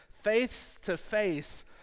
face-to-face